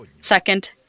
Second